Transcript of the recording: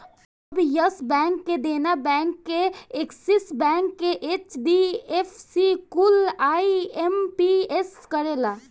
अब Yes Bank, Dena Bank, Axis Bank, HDFC कुल IMPS करेला